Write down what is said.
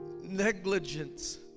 negligence